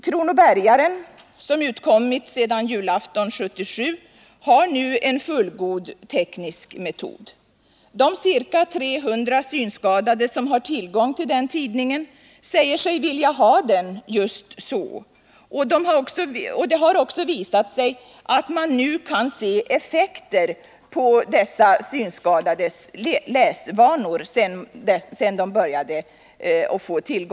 Kronobergaren, som utkommit sedan julafton 1977, har nu en fullgod teknisk metod. De ca 300 synskadade som har tillgång till den tidningen säger sig vilja ha den just så som den är, och det har också visat sig att man nu kan se effekter på dessa synskadades läsvanor.